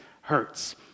hurts